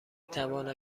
توانم